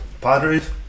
Padres